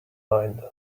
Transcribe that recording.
mind